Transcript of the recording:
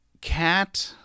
Cat